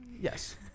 Yes